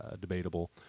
debatable